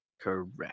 Correct